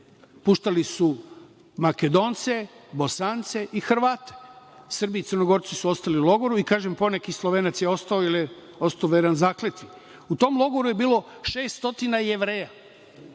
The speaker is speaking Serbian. puštali su Makedonce, Bosance i Hrvate. Srbi i Crnogorci su ostali u logoru i, kažem, poneki Slovenac je ostao, jer je ostao veran zakletvi.U tom logoru je bilo 600 Jevreja,